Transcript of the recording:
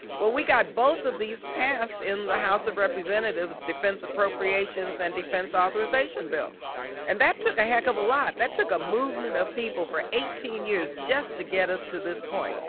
well we got both of these passed in the house of representatives, defense appropriations, and defense authorization bills and that took a heck of a lot. that took a movement of people for eighteen years just to get us to this point.